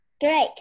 Great